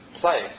place